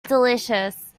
delicious